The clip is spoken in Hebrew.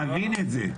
תבין את זה,